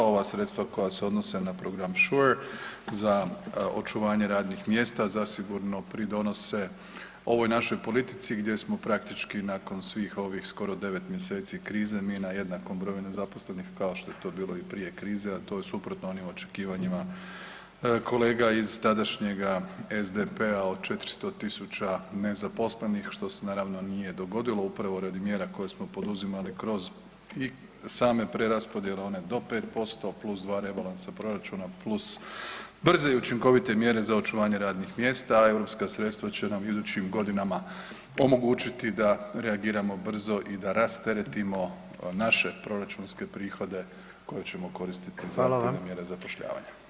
Ova sredstva koja se odnose na Program Shore za očuvanje radnih mjesta zasigurno pridonose ovoj našoj politici gdje smo praktički nakon svih ovih skoro 9. mjeseci krize mi na jednakom broju nezaposlenih kao što je to bilo i prije krize, a to je suprotno onim očekivanjima kolega iz tadašnjega SDP-a o 400 000 nezaposlenih, što se naravno nije dogodilo upravo radi mjera koje smo poduzimali kroz i same preraspodjele one do 5% + 2 rebalansa proračuna + brze i učinkovite mjere za očuvanje radnih mjesta, a europska sredstva će nam u idućim godinama omogućiti da reagiramo brzo i da rasteretimo naše proračunske prihode koje ćemo koristiti za [[Upadica: Hvala vam]] te mjere zapošljavanja.